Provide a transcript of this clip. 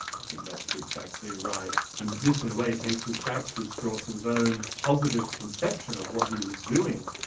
i think that's exactly right, and this in a way takes us back to strawson's own positive conception of what he was doing.